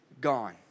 gone